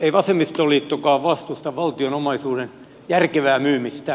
ei vasemmistoliittokaan vastusta valtion omaisuuden järkevää myymistä